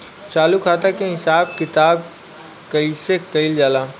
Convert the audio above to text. चालू खाता के हिसाब किताब कइसे कइल जाला?